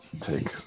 take